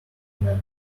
men